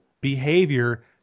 behavior